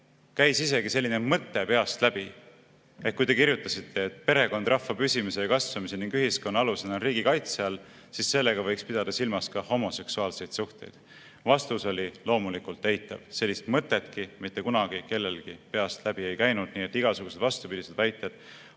kas kellelgi käis peast läbi, kui te kirjutasite, et perekond rahva püsimise ja kasvamise ning ühiskonna alusena on riigi kaitse all, selline mõte, et sellega võiks pidada silmas ka homoseksuaalseid suhteid. Vastus oli loomulikult eitav, sellist mõtetki mitte kunagi kellelgi peast läbi ei käinud. Nii et igasugused vastupidised väited